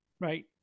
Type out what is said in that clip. Right